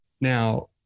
now